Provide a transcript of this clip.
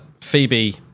Phoebe